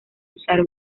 usar